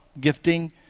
gifting